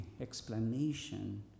explanation